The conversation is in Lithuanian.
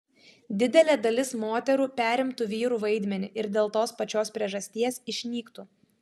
didelė dalis moterų perimtų vyrų vaidmenį ir dėl tos pačios priežasties išnyktų